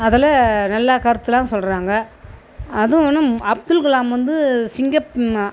அதில் நல்லா கருத்துலாம் சொல்கிறாங்க அதுவும் ஒன்று அப்துல் கலாம் வந்து சிங்கப்பெண்